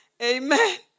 Amen